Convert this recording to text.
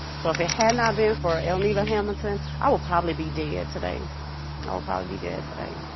so if it had not been for elnita hamilton, i would probably be dead today. i would probably be dead today.